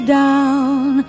down